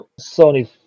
Sony